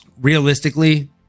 Realistically